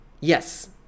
Yes